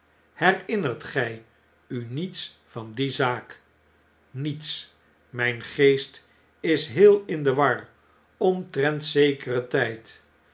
herinnert gij u niets van die zaak mets mijn geest is heel in de war omtrent zekeren tijd